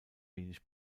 wenig